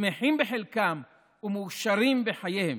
שמחים בחלקם ומאושרים בחייהם,